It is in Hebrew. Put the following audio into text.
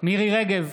מירי מרים רגב,